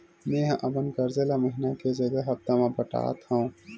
मेंहा अपन कर्जा ला महीना के जगह हप्ता मा पटात हव